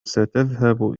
ستذهب